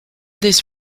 this